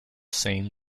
same